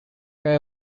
guy